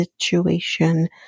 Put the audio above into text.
situation